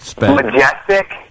Majestic